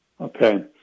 Okay